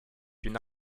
une